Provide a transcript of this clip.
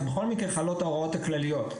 אז בכל מקרה חלות ההוראות הכלליות.